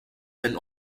and